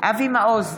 אבי מעוז,